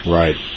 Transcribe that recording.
right